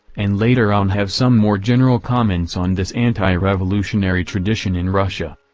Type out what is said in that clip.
and later on have some more general comments on this anti-revolutionary tradition in russia.